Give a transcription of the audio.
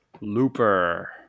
Looper